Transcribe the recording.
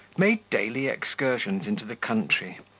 made daily excursions into the country,